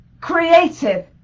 creative